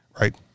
right